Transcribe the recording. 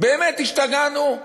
באמת השתגענו?